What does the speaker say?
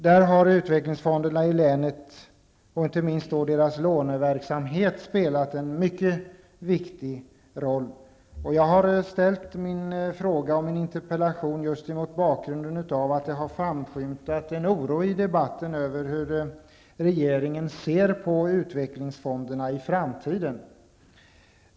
Där har utvecklingsfonderna i länen, inte minst deras låneverksamhet, spelat en mycket viktig roll. Jag ställde min interpellation just mot bakgrund av att det framskymtat en oro i debatten över hur regeringen ser på utvecklingsfonderna i framtiden.